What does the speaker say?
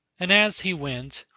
and as he went,